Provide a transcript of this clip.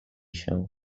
się